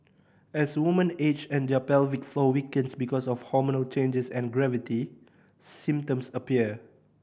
as woman age and their pelvic floor weakens because of hormonal changes and gravity symptoms appear